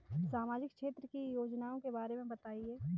सामाजिक क्षेत्र की योजनाओं के बारे में बताएँ?